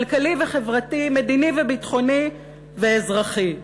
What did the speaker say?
כלכלי וחברתי, מדיני וביטחוני ואזרחי.